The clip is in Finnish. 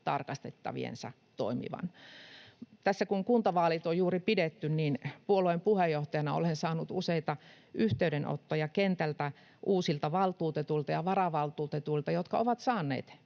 tarkastettaviensa toimivan. Tässä kun kuntavaalit on juuri pidetty, niin puolueen puheenjohtajana olen saanut useita yhteydenottoja kentältä uusilta valtuutetuilta ja varavaltuutetuilta, jotka ovat saaneet